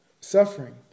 suffering